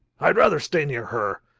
i'd rather stay near her.